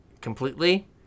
completely